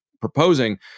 proposing